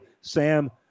Sam